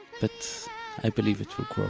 but i believe it will